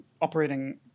operating